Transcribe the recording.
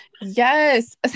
Yes